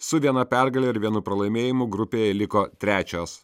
su viena pergale ir vienu pralaimėjimu grupėje liko trečios